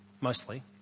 mostly